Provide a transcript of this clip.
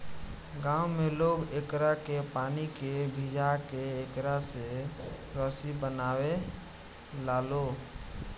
गांव में लोग एकरा के पानी में भिजा के एकरा से रसरी बनावे लालो